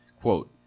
Quote